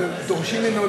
אבל דורשים ממנו,